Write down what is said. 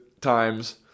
times